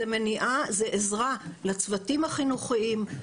מניעה זאת עזרה לצוותים החינוכיים,